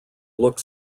look